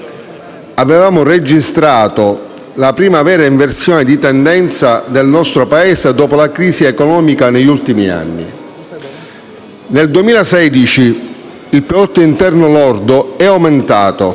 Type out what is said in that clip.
avevamo registrato la prima vera inversione di tendenza del nostro Paese dopo la crisi economica degli ultimi anni. Nel 2016, il prodotto interno lordo è aumentato,